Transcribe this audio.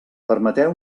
permeteu